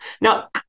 Now